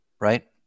Right